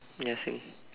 ya same